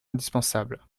indispensable